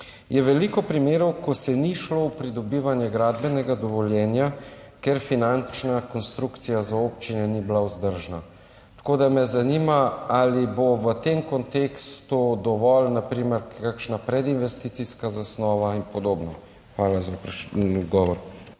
je veliko primerov, ko se ni šlo v pridobivanje gradbenega dovoljenja, ker finančna konstrukcija za občine ni bila vzdržna. Tako da me zanima: Ali bo v tem kontekstu dovolj kakšna predinvesticijska zasnova in podobno? Hvala za odgovor.